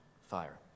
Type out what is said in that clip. fire